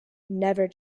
never